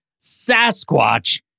Sasquatch